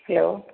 hello